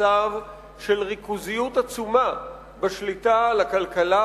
למצב של ריכוזיות עצומה בשליטה על הכלכלה,